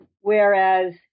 Whereas